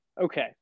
okay